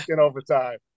overtime